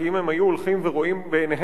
כי אם הם היו הולכים ורואים בעיניהם,